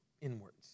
inwards